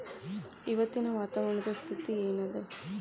ಇವತ್ತಿನ ವಾತಾವರಣ ಸ್ಥಿತಿ ಏನ್ ಅದ?